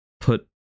put